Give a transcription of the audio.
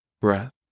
breath